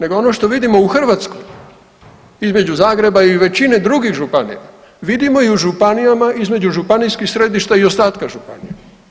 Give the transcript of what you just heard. nego ono što vidimo u Hrvatskoj između Zagreba i većine drugih županija, vidimo i u županijama između županijskih središta i ostatka županija.